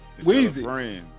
Weezy